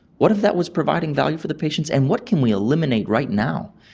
what if that was providing value for the patients, and what can we eliminate right now?